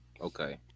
Okay